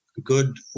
good